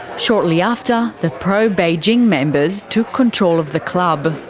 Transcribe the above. shortly after, the pro-beijing members took control of the club.